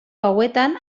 hauetan